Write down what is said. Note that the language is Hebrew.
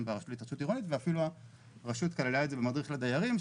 ברשות להתחדשות העירונית ואפילו הרשות כללה את זה במדריך לדיירים,